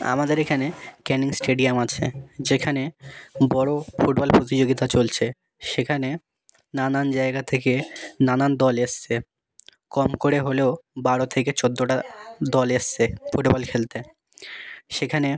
আমাদের এখানে ক্যানিং স্টেডিয়াম আছে যেখানে বড়ো ফুটবল প্রতিযোগিতা চলছে সেখানে নানান জায়গা থেকে নানান দল এসছে কম করে হলেও বারো থেকে চোদ্দোটা দল এসছে ফুটবল খেলতে সেখানে